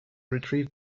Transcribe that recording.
retrieve